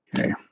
Okay